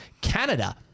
Canada